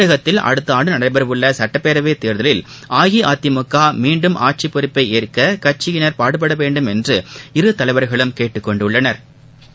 தமிழகத்தில் அடுத்த அஆண்டு நடைபெறவுள்ள சட்டப்பேரவைத் தேர்தலில் அஇஅதிமுக மீண்டும் ஆட்சிப் பொறுப்பை ஏற்க கட்சியினா் பாடுபட வேண்டுமென்று இரு தலைவா்களும் கேட்டுக் கொண்டுள்ளனா்